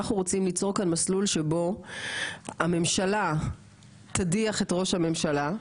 אנחנו רוצים ליצור כאן מסלול שבו הממשלה תדיח את ראש הממשלה,